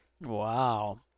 wow